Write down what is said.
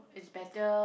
it's better